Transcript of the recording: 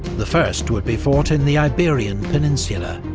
the first would be fought in the iberian peninsula,